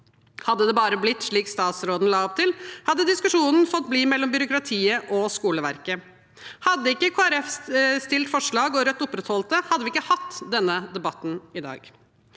Hadde det bare blitt slik statsråden la opp til, hadde diskusjonen fått bli mellom byråkratiet og skoleverket. Hadde ikke Kristelig Folkeparti stilt forslag – og Rødt opprettholdt det – hadde vi ikke hatt denne debatten i dag.